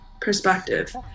perspective